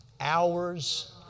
hours